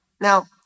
Now